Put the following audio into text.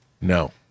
No